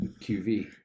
QV